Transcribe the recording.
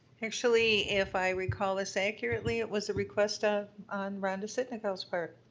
actually, if i recall this accurately, it was a request ah on rhonda sitnikau's part,